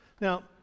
Now